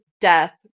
death